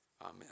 amen